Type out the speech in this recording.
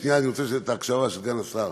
שנייה, אני רוצה את ההקשבה של סגן השר.